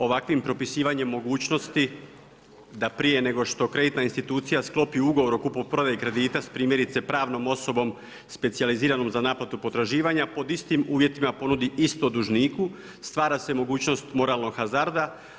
Ovakvim propisivanjem mogućnosti da prije nego što kreditna institucija sklopi ugovor o kupoprodaji kredita s primjerice pravnom osobom specijaliziranom za naplatu potraživanja pod istim uvjetima ponudi isto dužniku, stvara se mogućnost moralnog hazarda.